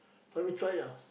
let me try ah